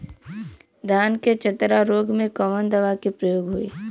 धान के चतरा रोग में कवन दवा के प्रयोग होई?